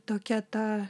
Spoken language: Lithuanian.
tokia ta